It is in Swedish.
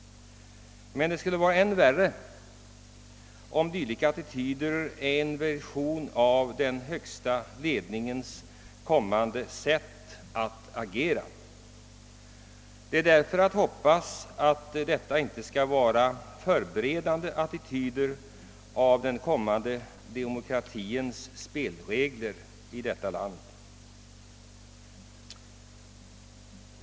Men det skulle vara än värre om dylika attityder är ett uttryck för den högsta ledningens kommande sätt att agera. Man får därför hoppas att detta inte skall vara ett förberedande utslag av de kommande demokratiska spelreglerna i detta land.